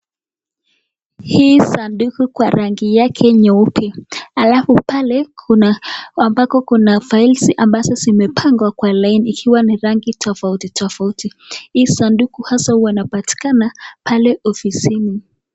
Hii sanduku kwa rangi yake nyeupe, alafu pale kuna ambako kuna faili zimepangwa kwa laini ikiwa ni rangi tofauti tofauti . Hii saduku hasa hua inapatikana pale ofisini.